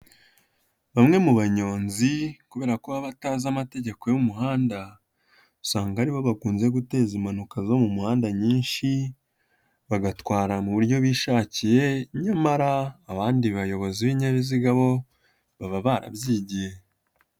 Bamwe mu banyonzi kubera ko baba batazi amategeko y'umuhanda, usanga ari bo bakunze guteza impanuka zo mu muhanda nyinshi, bagatwara mu buryo bishakiye, nyamara abandi bayobozi b'ibinyabiziga bo baba barabyigiye.